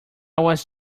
was